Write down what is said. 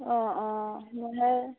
অঁ অঁ মোৰ সেই